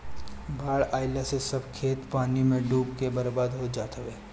बाढ़ आइला से सब खेत पानी में डूब के बर्बाद हो जात हवे